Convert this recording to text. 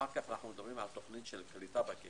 אחר כך אנחנו מדברים על תוכנית של קליטה בקהילה,